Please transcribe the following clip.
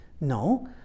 No